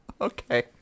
Okay